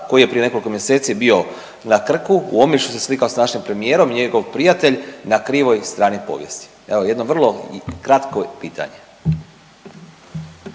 koji je prije nekoliko mjeseci bio na Krku, u Omišlju se slikao s našim premijerom i njegov prijatelj, na krivoj strani povijesti? Evo, jedno vrlo kratko pitanje.